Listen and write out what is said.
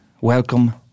Welcome